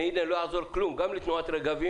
ולא יעזור כלום גם לתנועת "רגבים"